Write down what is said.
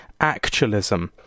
actualism